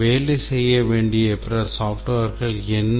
வேலை செய்ய வேண்டிய பிற softwares என்ன